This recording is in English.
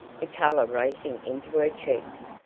the color racing into her cheeks,